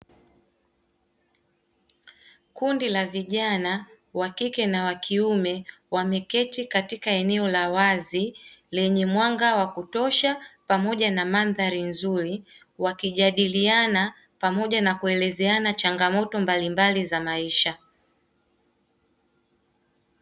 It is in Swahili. Kundi la vijana wa kike na wa kiume wameketi katika eneo la wazi lenye mwanga wa kutosha pamoja na mandhari nzuri wakijadiliana pamoja na kuelezeana changamoto mbalimbali za maisha.